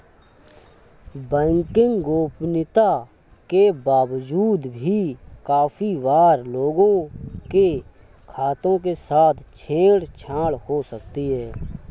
banking गोपनीयता के बावजूद भी काफी बार लोगों के खातों के साथ छेड़ छाड़ हो जाती है